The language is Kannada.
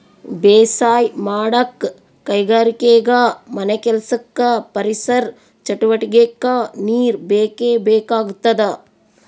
ಬೇಸಾಯ್ ಮಾಡಕ್ಕ್ ಕೈಗಾರಿಕೆಗಾ ಮನೆಕೆಲ್ಸಕ್ಕ ಪರಿಸರ್ ಚಟುವಟಿಗೆಕ್ಕಾ ನೀರ್ ಬೇಕೇ ಬೇಕಾಗ್ತದ